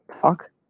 talk